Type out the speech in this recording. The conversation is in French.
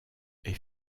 est